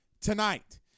tonight